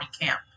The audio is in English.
camp